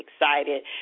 excited